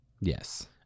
yes